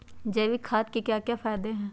जैविक खाद के क्या क्या फायदे हैं?